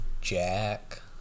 Jack